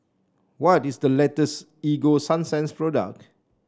what is the latest Ego Sunsense product